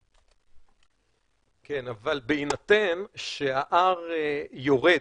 כן, אבל בהינתן שה-R יורד,